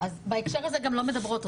בהקשר הזה, גם לא מדברות.